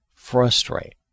Frustrate